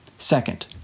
Second